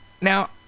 Now